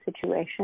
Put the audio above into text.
situation